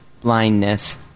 blindness